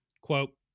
quote